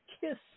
kiss